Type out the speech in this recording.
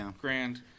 grand